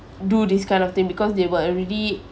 do this kind of thing because they were already